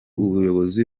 ubuyobozi